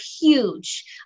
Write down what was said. huge